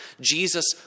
Jesus